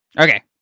Okay